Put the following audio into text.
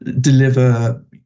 deliver